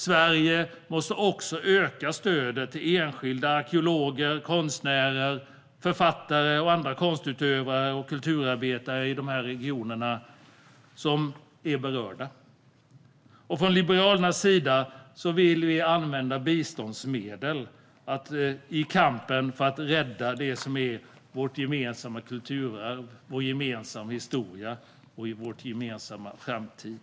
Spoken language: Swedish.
Sverige måste också öka stödet till de enskilda arkeologer, konstnärer, författare och andra konstutövare och kulturarbetare i regionerna som är berörda. Liberalerna vill att biståndsmedel ska användas i kampen för att rädda vårt gemensamma kulturarv och vår gemensamma historia till vår gemensamma framtid.